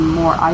more